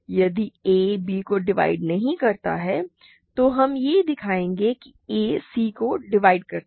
यदि a b को divide नहीं करता है तो हम ये दिखाएंगे कि a c को डिवाइड करता है